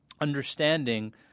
understanding